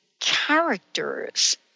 characters